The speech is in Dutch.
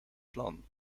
plan